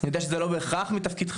אני יודע שזה לא בהכרח מתפקידך,